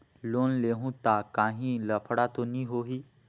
Loan लेहूं ता काहीं लफड़ा तो नी होहि?